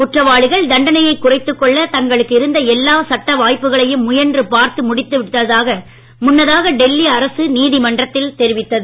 குற்றவாளிகள் தண்டனையை குறைத்துக் கொள்ள தங்களுக்கு இருந்த எல்லா சட்ட வாய்ப்புகளையும் முயன்று பார்த்து முடித்து விட்டதாக முன்னதாக டெல்லி அரசு நீதிமன்றத்தில் தெரிவித்தது